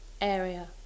area